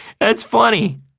that's funny!